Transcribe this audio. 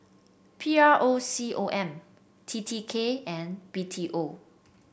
P R O C O M T T K and B T O